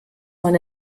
man